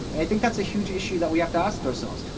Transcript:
and i think that's a huge issue that we have to ask ourselves.